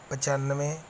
ਪਚਾਨਵੇਂ